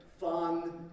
fun